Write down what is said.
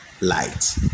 light